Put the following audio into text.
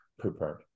Prepared